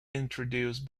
introduced